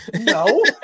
No